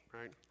right